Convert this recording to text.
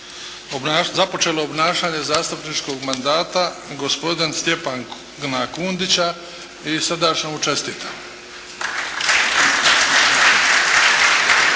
započelo obnašanje zastupničkog mandata gospodina Stjepana Kundića i srdačno mu čestitam.